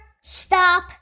stop